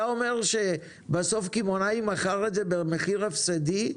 אתה אומר שבסוף קמעונאי מכר את זה במחיר הפסדי,